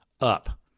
up